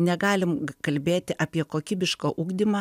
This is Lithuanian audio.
negalim kalbėti apie kokybišką ugdymą